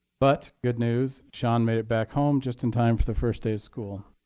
but good news, shaun made it back home just in time for the first day of school.